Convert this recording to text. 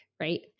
right